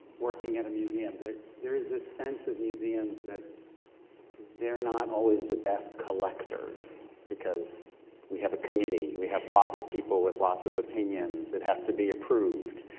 working in a museum, there's this sense of museums that they're not always the best collectors because we have a committee, we have lots of people with lots of opinions, it has to be approved,